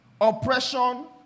oppression